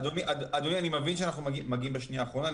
אדוני, אני מבין שאנחנו מגיעים בשנייה האחרונה.